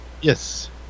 Yes